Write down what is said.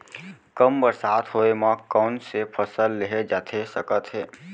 कम बरसात होए मा कौन से फसल लेहे जाथे सकत हे?